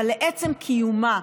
אבל לעצם קיומה.